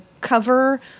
cover